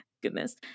goodness